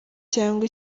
cyangwa